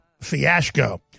fiasco